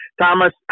Thomas